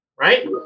Right